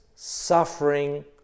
Suffering